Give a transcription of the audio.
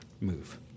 move